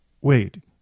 wait